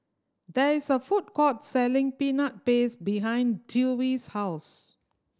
there is a food court selling Peanut Paste behind Dewey's house